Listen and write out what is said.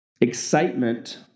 excitement